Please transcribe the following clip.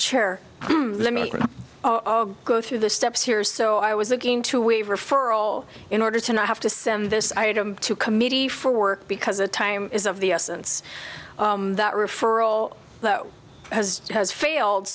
chair let me go through the steps here so i was again to waive referral in order to not have to send this item to committee for work because the time is of the essence that referral has has failed